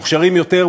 מוכשרים יותר,